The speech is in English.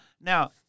Now